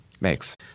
makes